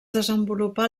desenvolupà